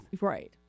right